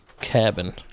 cabin